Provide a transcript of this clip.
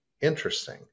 interesting